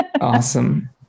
awesome